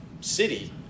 city